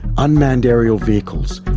unmanned aerial vehicles,